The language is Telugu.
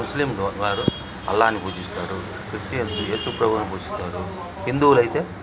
ముస్లింలు వారు అల్లాని పూజిస్తారు క్రిస్టియన్సు యేసూ ప్రభూని పూజిస్తారు హిందువులైతే